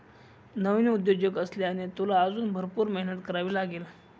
नवीन उद्योजक असल्याने, तुला अजून भरपूर मेहनत करावी लागेल